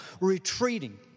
retreating